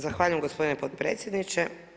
Zahvaljujem gospodine potpredsjedniče.